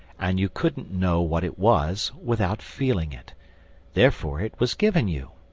and you couldn't know what it was without feeling it therefore it was given you.